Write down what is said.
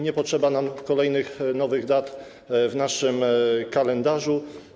Nie potrzeba nam kolejnych nowych dat w naszym kalendarzu.